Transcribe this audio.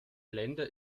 länder